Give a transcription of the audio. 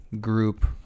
group